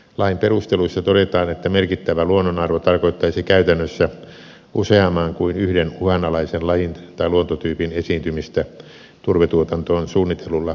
lain perusteluissa todetaan että merkittävä luonnonarvo tarkoittaisi käytännössä useamman kuin yhden uhanalaisen lajin tai luontotyypin esiintymis tä turvetuotantoon suunnitellulla sijoittamispaikalla